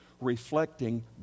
reflecting